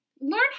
learn